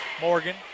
Morgan